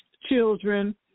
children